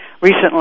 recently